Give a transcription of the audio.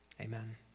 Amen